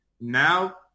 Now